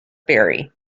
barry